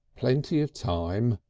plenty of time,